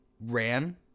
ran